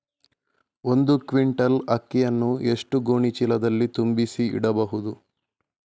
ಒಂದು ಕ್ವಿಂಟಾಲ್ ಅಕ್ಕಿಯನ್ನು ಎಷ್ಟು ಗೋಣಿಚೀಲದಲ್ಲಿ ತುಂಬಿಸಿ ಇಡಬಹುದು?